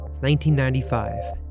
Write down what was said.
1995